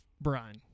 Brian